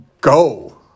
go